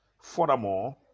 Furthermore